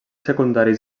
secundaris